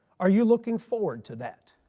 are you looking forward to that?